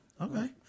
okay